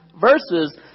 verses